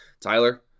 Tyler